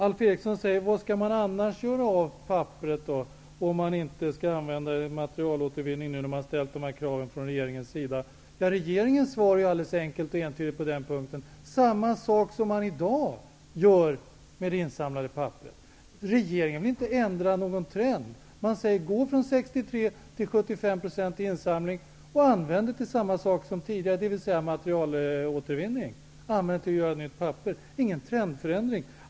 Alf Eriksson frågar var man annars skall göra av pappret om man inte skall använda det för materielåtervinning, nu när regeringen har ställt dessa krav. Regeringens svar är enkelt och entydigt på den punkten. Man skall göra samma sak som man i dag gör med det insamlade pappret. Regeringen vill inte ändra någon trend. Man säger: Gå från 63-procentig till 75-procentig insamling och använd pappret på samma sätt som tidigare, dvs. till materielåtervinning. Det skall användas för att göra nytt papper, och det skall inte vara någon trendförändring.